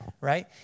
right